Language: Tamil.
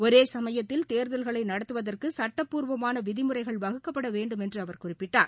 ஒரேசமயத்தில் தேர்தல்களைநடத்துவதற்குசட்டப்பூர்வமானவிதிமுறைகள் வகுக்கப்படவேண்டுமென்றுஅவர் குறிப்பிட்டார்